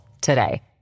today